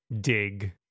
Dig